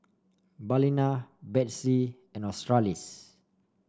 Balina Betsy and Australis